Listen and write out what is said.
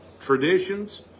traditions